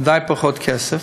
בפחות מדי כסף.